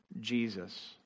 Jesus